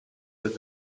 with